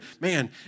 man